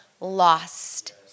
lost